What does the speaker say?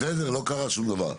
בסדר לא קרה שום דבר.